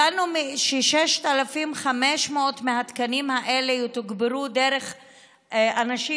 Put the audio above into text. הבנו ש-6,500 מהתקנים האלה יתוגברו דרך אנשים